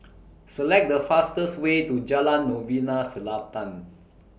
Select The fastest Way to Jalan Novena Selatan